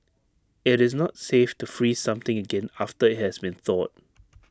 IT is not safe to freeze something again after IT has been thawed